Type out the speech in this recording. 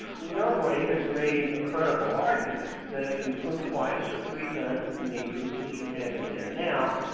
nobody has made a credible argument that if you put twice or three times as many troops as you have in there now,